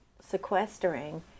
sequestering